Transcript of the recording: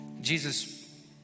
Jesus